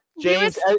James